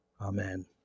Amen